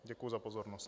Děkuji za pozornost.